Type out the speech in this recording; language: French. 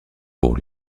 pour